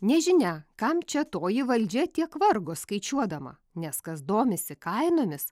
nežinia kam čia toji valdžia tiek vargo skaičiuodama nes kas domisi kainomis